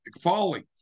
Falling